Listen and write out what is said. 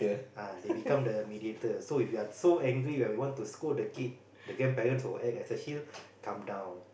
uh they become the mediator so if you are so angry where we want to scold the kid the grandparents will act as a shield calm down